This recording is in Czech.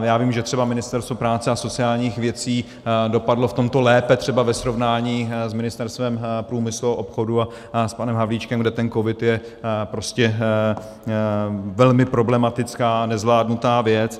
Já vím, že třeba Ministerstvo práce a sociálních věcí dopadlo v tomto lépe třeba ve srovnání s Ministerstvem průmyslu a obchodu a s panem Havlíčkem, kde ten COVID je prostě velmi problematická a nezvládnutá věc.